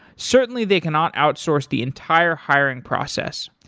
certainly, they cannot outsource the entire hiring process,